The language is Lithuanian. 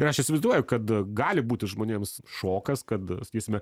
ir aš įsivaizduoju kad gali būti žmonėms šokas kad sakysime